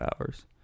hours